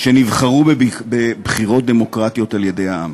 שנבחרו בבחירות דמוקרטיות על-ידי העם.